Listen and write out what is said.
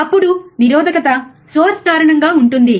అప్పుడు నిరోధకత సోర్స్ కారణంగా ఉంటుంది